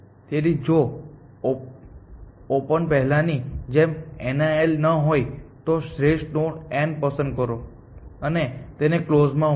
તેથી જો ઓપનપહેલાની જેમ NIL ન હોય તો શ્રેષ્ઠ નોડ n પસંદ કરો અને તેને કલોઝ માં ઉમેરો